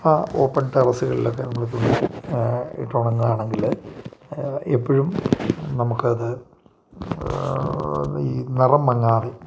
ആ ഓപ്പൺ ടെറസുകളുക്കെ നമ്മൾ തുണി ഇട്ട് ഉണങ്ങാണെങ്കിൽ എപ്പോഴും നമുക്ക് അത് ഈ നിറം മങ്ങാതെ